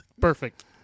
perfect